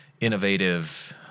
innovative